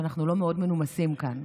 שאנחנו לא מאוד מנומסים כאן.